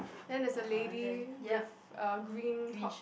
then there's a lady with a green top